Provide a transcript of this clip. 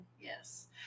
Yes